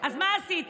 אז מה עשיתם?